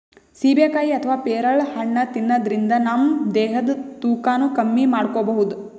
ಸೀಬೆಕಾಯಿ ಅಥವಾ ಪೇರಳೆ ಹಣ್ಣ್ ತಿನ್ನದ್ರಿನ್ದ ನಮ್ ದೇಹದ್ದ್ ತೂಕಾನು ಕಮ್ಮಿ ಮಾಡ್ಕೊಬಹುದ್